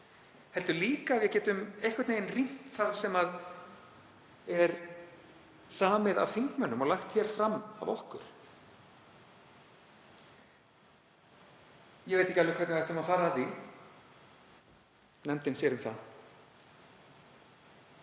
heldur líka að við getum einhvern veginn rýnt það sem er samið af þingmönnum og lagt hér fram af okkur. Ég veit ekki alveg hvernig við ættum að fara að því, nefndin sér um það.